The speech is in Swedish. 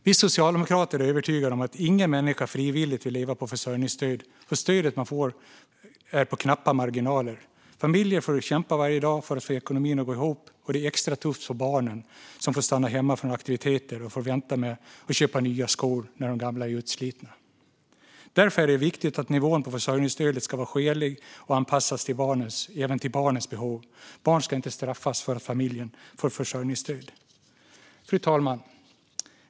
Vi socialdemokrater är övertygade om att ingen människa frivilligt vill leva på försörjningsstöd, eftersom stödet man får gör att man lever på knappa marginaler. Familjer får kämpa varje dag för att få ekonomin att gå ihop. Och det är extra tufft för barnen som får stanna hemma från aktiviteter och får vänta med att köpa nya skor när de gamla är utslitna. Därför är det viktigt att nivån på försörjningsstödet är skäligt och att det anpassas även till barnens behov. Barn ska inte straffas för att familjen får försörjningsstöd. Fru talman!